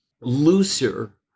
looser